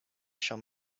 shall